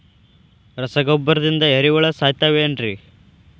ರಸಗೊಬ್ಬರದಿಂದ ಏರಿಹುಳ ಸಾಯತಾವ್ ಏನ್ರಿ?